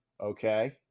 Okay